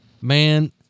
man